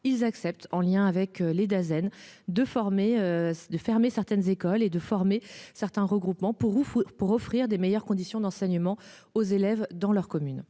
ils acceptent en lien avec les Dasen de former. De fermer certaines écoles et de former certains regroupements pour pour offrir des meilleures conditions d'enseignement aux élèves dans leur commune.